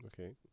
Okay